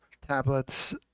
tablets